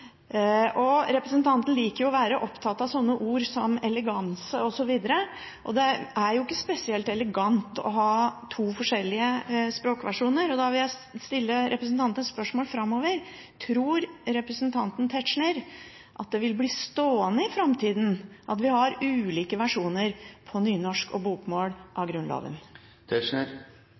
beskrev. Representanten liker jo å være opptatt av sånne ord som eleganse osv., men det er ikke spesielt elegant å ha to forskjellige språkversjoner. Da vil jeg stille representanten et spørsmål – framover: Tror representanten Tetzschner at det vil bli stående i framtida at vi har ulike versjoner på nynorsk og bokmål av